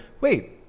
Wait